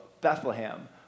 Bethlehem